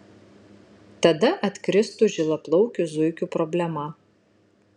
tada atkristų žilaplaukių zuikių problema